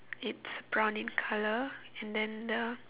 it's brown in colour and then the